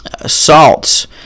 salts